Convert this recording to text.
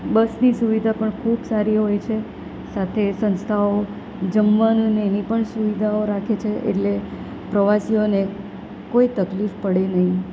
બસની સુવિધા પણ ખૂબ સારી હોય છે સાથે સંસ્થાઓ જમવાનું ને એની પણ સુવિધાઓ રાખે છે એટલે પ્રવાસીઓને કોઈ તકલીફ પડે નહીં